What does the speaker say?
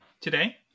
today